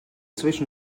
zwischen